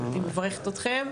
ואני מברכת אתכם.